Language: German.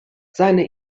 seine